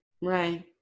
Right